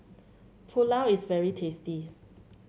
pulao is very tasty